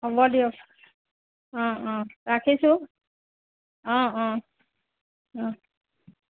হ'ব দিয়ক অঁ অঁ ৰাখিছোঁ অঁ অঁ অঁ